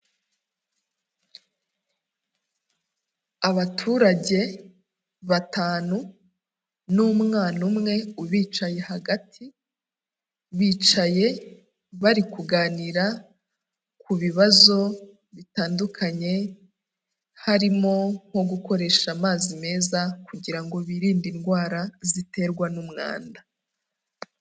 Abaturage batanu n'umwana umwe ubicaye hagati, bicaye bari kuganira ku bibazo bitandukanye harimo nko gukoresha amazi meza kugira ngo birinde indwara ziterwa n'umwanda.